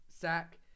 Sack